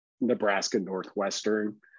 Nebraska-Northwestern